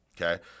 Okay